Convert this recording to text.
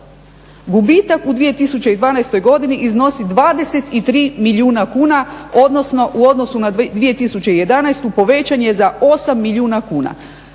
Gubitak u 2012. godini iznosi 23 milijuna kuna, odnosno u odnosu na 2011. povećan je za 8 milijuna kuna.